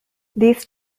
these